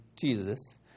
Jesus